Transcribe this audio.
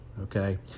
okay